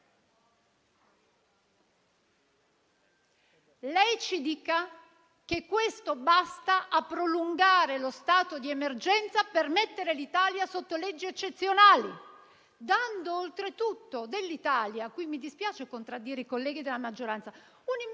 ci dica poi che questo basta a prolungare lo stato di emergenza per mettere l'Italia sotto leggi eccezionali, dando oltretutto dell'Italia - e qui mi dispiace contraddire i colleghi della maggioranza - un'immagine